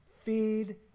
Feed